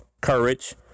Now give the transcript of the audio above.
Courage